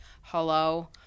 Hello